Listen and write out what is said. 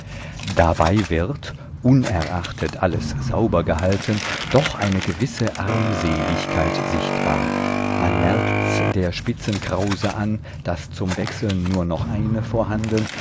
dabei wird unerachtet alles sauber gehalten doch eine gewisse armseligkeit sichtbar man merkt's der spitzenkrause an daß zum wechseln nur noch eine vorhanden